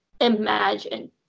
imagine